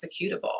executable